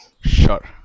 Sure